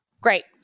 Great